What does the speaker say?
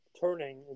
turning